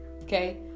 Okay